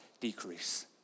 decrease